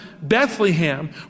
Bethlehem